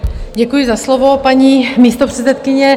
Děkuji za slovo, paní místopředsedkyně.